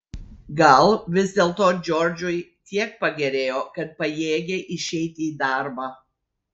gal vis dėlto džordžui tiek pagerėjo kad pajėgė išeiti į darbą